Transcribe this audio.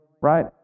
right